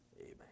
Amen